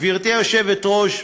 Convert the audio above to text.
גברתי היושבת-ראש,